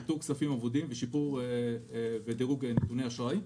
איתור כספים אבודים ושיפור בדירוג נתוני אשראי.